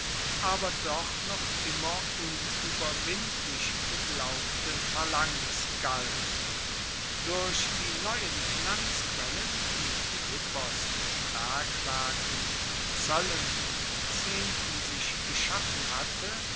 aber doch noch immer unueberwindlich geglaubte phalanx galt durch die neuen finanzquellen die philippos in bergwerken zoellen und zehnten sich geschaffen hatte